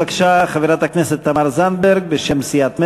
בבקשה, חברת הכנסת תמר זנדברג, בשם סיעת מרצ.